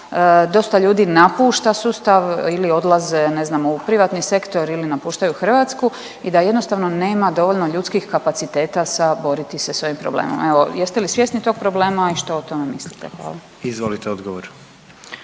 dosta ljudi napušta sustav ili odlaze ne znamo u privatni sektor ili napuštaju Hrvatsku i da jednostavno nema dovoljno ljudskih kapaciteta sa boriti se s ovim problemom. Evo, jeste li svjesni tog problema i što o tome mislite? Hvala.